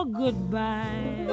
goodbye